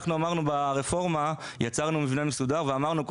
ברפורמה יצרנו מבנה מסודר ואמרנו,